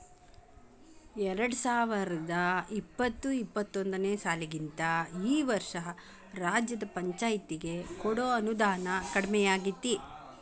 ಎರ್ಡ್ಸಾವರ್ದಾ ಇಪ್ಪತ್ತು ಇಪ್ಪತ್ತೊಂದನೇ ಸಾಲಿಗಿಂತಾ ಈ ವರ್ಷ ರಾಜ್ಯದ್ ಪಂಛಾಯ್ತಿಗೆ ಕೊಡೊ ಅನುದಾನಾ ಕಡ್ಮಿಯಾಗೆತಿ